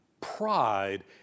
pride